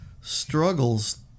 struggles